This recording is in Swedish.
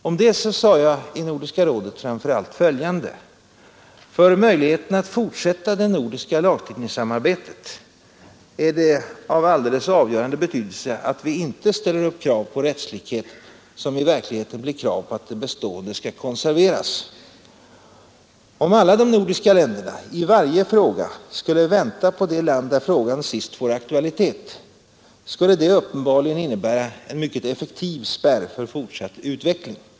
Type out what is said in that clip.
Om det sade jag i Nordiska rådet framför allt följande: ”För möjligheterna att fortsätta det nordiska lagstiftningssamarbetet är det av alldeles avgörande betydelse att vi inte ställer upp krav på rättslikhet som i verkligheten blir krav på att det bestående skall konserveras. Om alla nordiska länder i varje fråga skulle vänta på det land där frågan sist får aktualitet, skulle detta uppenbarligen innebära en mycket effektiv spärr för fortsatt utveckling.